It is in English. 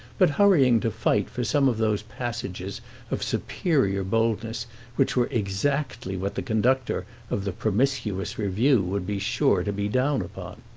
but hurrying to fight for some of those passages of superior boldness which were exactly what the conductor of the promiscuous review would be sure to be down upon.